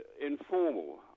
informal